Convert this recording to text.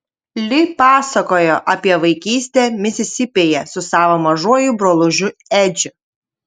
li pasakojo apie vaikystę misisipėje su savo mažuoju brolužiu edžiu